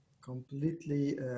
completely